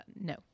No